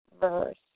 verse